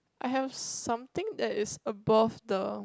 I've something that's above the